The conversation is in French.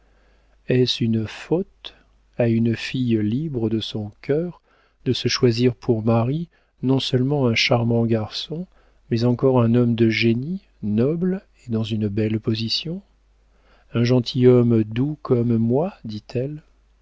est-ce une faute à une fille libre de son cœur de se choisir pour mari non seulement un charmant garçon mais encore un homme de génie noble et dans une belle position un gentilhomme doux comme moi dit-elle